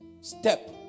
step